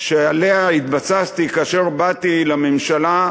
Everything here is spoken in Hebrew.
שעליה התבססתי כאשר באתי לממשלה,